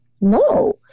no